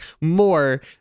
more